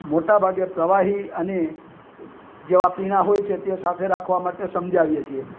મોટાભાગે પ્રવાહી અને જેવાં પીણાં હોય છે તે સાથે રાખવા માટે સમજાવીએ છીએ